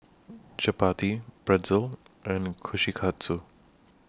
Chapati Pretzel and Kushikatsu